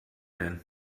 denn